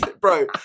bro